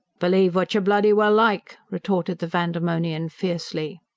believe what yer bloody well like! retorted the vandemonian fiercely.